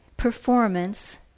performance